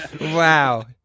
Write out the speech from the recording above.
wow